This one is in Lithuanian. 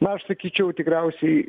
na aš sakyčiau tikriausiai